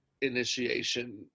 initiation